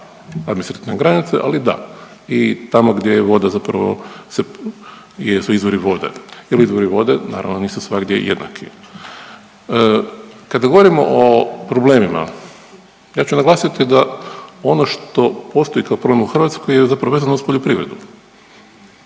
administrativne granice ali da i tako gdje je voda zapravo, su jesu izvori vode jer izvori vode naravno nisu svagdje jednaki. Kada govorimo o problemima, ja ću naglasiti da ono što postoji kao problem u Hrvatskoj je zapravo vezano uz poljoprivredu.